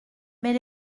mais